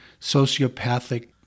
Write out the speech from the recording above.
sociopathic